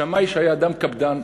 שמאי, שהיה אדם קפדן,